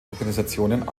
organisationen